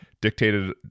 dictated